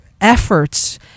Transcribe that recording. efforts